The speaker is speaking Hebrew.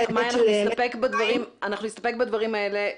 מיה, אנחנו נסתפק בדברים האלה.